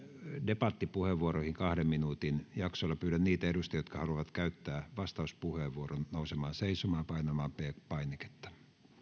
debattipuheenvuoroihin kahden minuutin jaksoilla pyydän niitä edustajia jotka haluavat käyttää vastauspuheenvuoron nousemaan seisomaan ja painamaan p painiketta